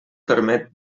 permet